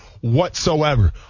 whatsoever